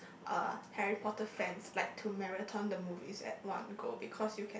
uh Harry-Potter fans like to marathon the movies at one go because you can